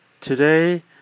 Today